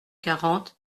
quarante